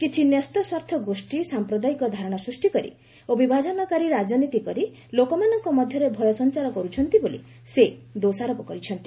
କିଛି ନ୍ୟସ୍ତସ୍ୱାର୍ଥ ଗୋଷ୍ଠୀ ସାମ୍ପ୍ରଦାୟିକ ଧାରଣା ସୃଷ୍ଟି କରି ଓ ବିଭାଜନକାରୀ ରାଜନୀତି କରି ଲୋକମାନଙ୍କ ମଧ୍ୟରେ ଭୟ ସଞ୍ଚାର କରୁଛନ୍ତି ବୋଲି ସେ ଦୋଷାରୋପ କରିଛନ୍ତି